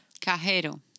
Cajero